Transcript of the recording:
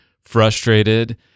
frustrated